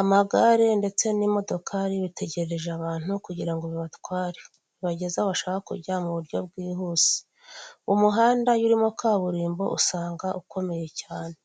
Amagare ndetse n'imodokari bitegereje abantu kugira ngo bibatware bibageze aho bashaka kujya mu buryo bwihuse. Umuhanda iyo urimo kaburimbo usanga ukomeye cyane.